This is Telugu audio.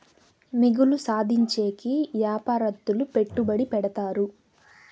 మిగులు సాధించేకి యాపారత్తులు పెట్టుబడి పెడతారు